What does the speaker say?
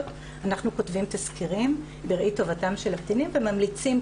אנחנו כותבים תסקירים בראי טובתם של הקטנים וממליצים,